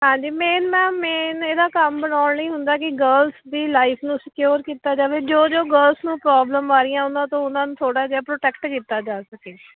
ਹਾਂਜੀ ਮੇਨ ਮੈਮ ਮੇਨ ਇਹਦਾ ਕੰਮ ਬਣਾਉਣ ਲਈ ਹੁੰਦਾ ਕਿ ਗਰਲਸ ਦੀ ਲਾਈਫ ਨੂੰ ਸਿਕਿਓਰ ਕੀਤਾ ਜਾਵੇ ਜੋ ਜੋ ਗਰਲਸ ਨੂੰ ਪ੍ਰੋਬਲਮ ਆ ਰਹੀ ਉਹਨਾਂ ਤੋਂ ਉਹਨਾਂ ਨੂੰ ਥੋੜ੍ਹਾ ਜਿਹਾ ਪ੍ਰੋਟੈਕਟ ਕੀਤਾ ਜਾ ਸਕੇ